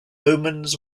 omens